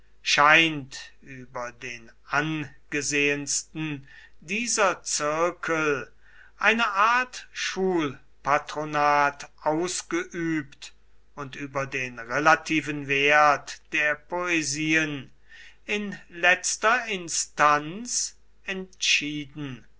scheint über den angesehensten dieser zirkel eine art schulpatronat ausgeübt und über den relativen wert der poesien in letzter instanz entschieden